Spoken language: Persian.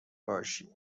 باشی